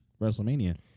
Wrestlemania